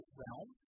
realm